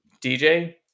DJ